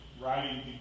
writing